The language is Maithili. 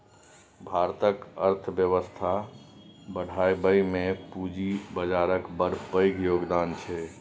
भारतक अर्थबेबस्था बढ़ाबइ मे पूंजी बजारक बड़ पैघ योगदान छै